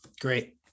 great